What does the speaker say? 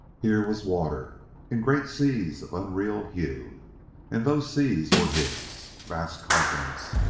here was water in great seas of unreal hue and those seas were his! vast continents,